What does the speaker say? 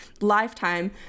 lifetime